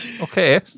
Okay